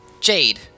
Jade